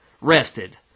rested